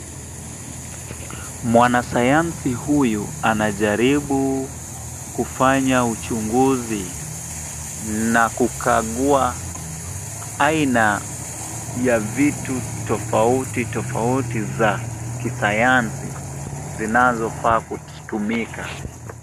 Mwanasayansi huyu anajaribu kufanya uchunguzi, na kukagua aina ya vitu tofauti tofauti za kisayansi zinazofaa kutumika.